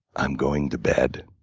i'm going to bed.